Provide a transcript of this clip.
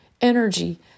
energy